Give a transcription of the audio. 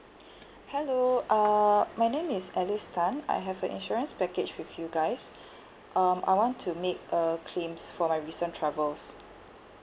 hello uh my name is alice tan I have a insurance package with you guys um I want to make a claims for my recent travels